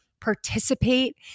participate